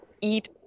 eat